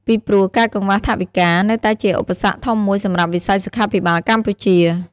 ពីព្រោះ ការកង្វះថវិកា នៅតែជាឧបសគ្គធំមួយសម្រាប់វិស័យសុខាភិបាលកម្ពុជា។